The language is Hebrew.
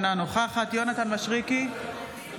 אינה נוכחת יונתן מישרקי,